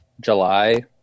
July